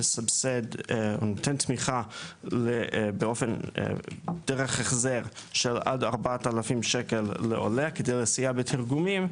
נותן תמיכה דרך החזר של עד 4,000 שקל לעולה בסיוע בתרגומים,